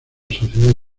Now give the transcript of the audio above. sociedad